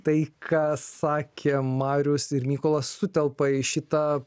tai kas sakė marius ir mykolas sutelpa į šitą